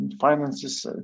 finances